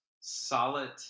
solid